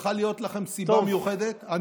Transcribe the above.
שצריכה להיות לכם סיבה מיוחדת.